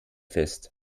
fest